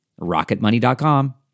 RocketMoney.com